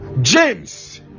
james